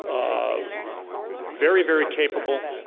um very, very capable.